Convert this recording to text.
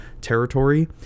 territory